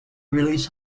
release